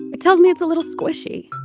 it tells me it's a little squishy